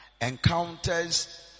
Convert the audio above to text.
encounters